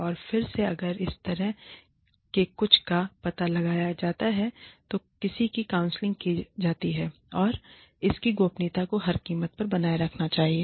और फिर से अगर इस तरह के कुछ का पता लगाया जाता है और किसी की काउंसलिंग की जाती है तो इस की गोपनीयता को हर कीमत पर बनाए रखा जाना चाहिए